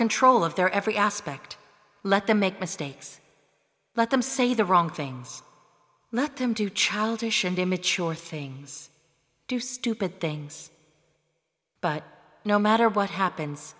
control of their every aspect let them make mistakes let them say the wrong things let them do childish and immature things do stupid things but no matter what happens